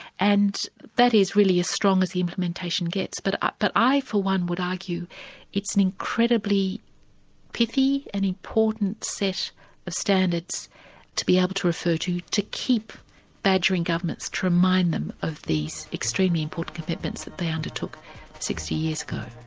and that is really as strong as the implementation gets. but ah but i for one would argue it's an incredibly picky and important set of standards to be able to refer to, to keep badgering governments to remind them of these extremely important commitments that they undertook sixty years ago.